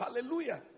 Hallelujah